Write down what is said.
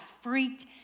freaked